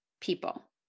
people